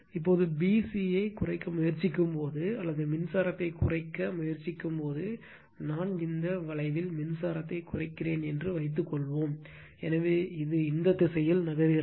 இப்போது b c ஐக் குறைக்க முயற்சிக்கும் போது அல்லது மின்சாரத்தை குறைக்க முயற்சிக்கும் போது நான் இந்த வளைவில் மின்சாரத்தை குறைக்கிறேன் என்று வைத்துக்கொள்வோம் எனவே இது இந்த திசையில் நகர்கிறது